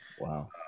wow